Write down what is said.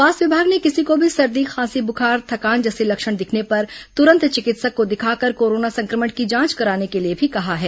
स्वास्थ्य विभाग ने किसी को भी सर्दी खांसी बुखार थकान जैसे लक्षण दिखने पर तुरंत चिकित्सक को दिखाकर कोरोना संक्रमण की जांच कराने के लिए भी कहा है